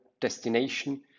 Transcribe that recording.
destination